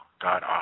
God